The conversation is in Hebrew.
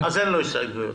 אין לו הסתייגויות.